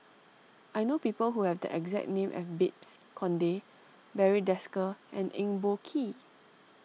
I know people who have the exact name as Babes Conde Barry Desker and Eng Boh Kee